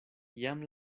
jam